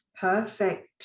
perfect